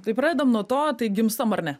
tai pradedam nuo to tai gimstam ar ne